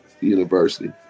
University